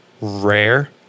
rare